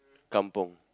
kampung